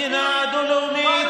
מדינה דו-לאומית.